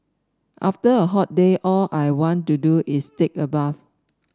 after a hot day all I want to do is take a bath